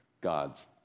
God's